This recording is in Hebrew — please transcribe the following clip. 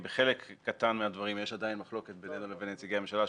בחלק קטן מהדברים יש עדיין מחלוקת בינינו לבין נציגי הממשלה,